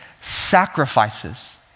sacrifices